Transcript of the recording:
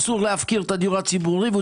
אסור להפקיר את הדיור הציבורי והוא